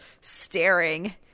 staring